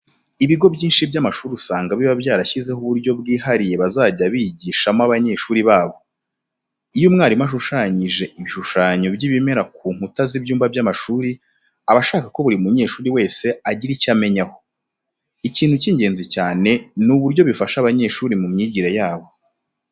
Ibigo by'amashuri byinshi usanga biba byarashyizeho uburyo bwihariye bazajya bigishamo abanyeshuri babo. Iyo umwarimu ashushanyije ibishushanyo by'ibimera ku nkuta z'ibyumba by'amashuri, aba ashaka ko buri munyeshuri wese agira icyo abimenyaho. Ikintu cy'ingenzi cyane ni uburyo bifasha abanyeshuri mu myigire yabo.